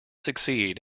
succeed